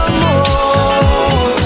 more